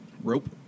rope